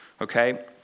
okay